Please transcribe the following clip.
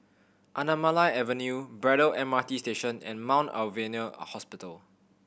Anamalai Avenue Braddell M R T Station and Mount Alvernia Hospital